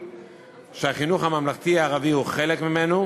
שהחינוך הממלכתי הערבי הוא חלק ממנו,